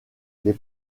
les